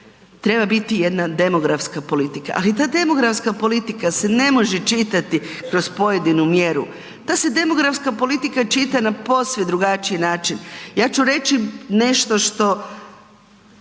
Treba biti jedna demografska politika, ali ta demografska politika se ne može čitati kroz pojedinu mjeru. Ta se demografska politika čita na posve drugačiji način. Ja ću reći nešto što,